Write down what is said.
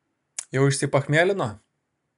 jau išsipachmielino